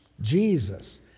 Jesus